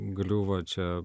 gliuvo čia